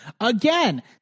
Again